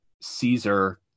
Caesar